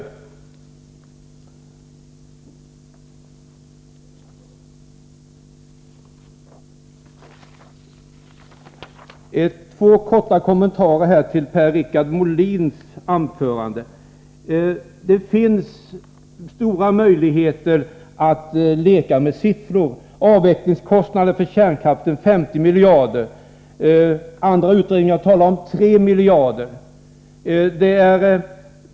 Så två korta kommentarer till Per-Richard Molins anförande. Det finns stora möjligheter att leka med siffror: Avvecklingskostnader för kärnkraften 50 miljarder — andra utredningar talar om 3 miljarder!